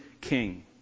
king